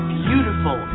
beautiful